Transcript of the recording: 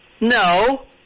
no